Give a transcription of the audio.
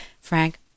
Frank